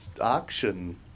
auction